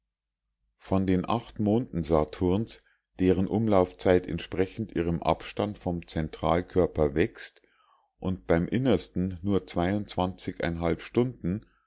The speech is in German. von den acht monden saturns deren umlaufzzeit entsprechend ihrem abstand vom zentralkörper wächst und beim innersten nur stunden